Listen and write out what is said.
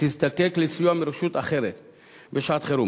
מקומיות בשעת-חירום)